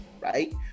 Right